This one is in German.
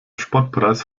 spottpreis